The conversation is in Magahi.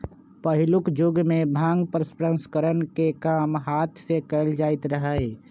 पहिलुक जुगमें भांग प्रसंस्करण के काम हात से कएल जाइत रहै